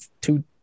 two